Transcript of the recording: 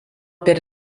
per